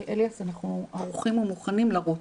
אז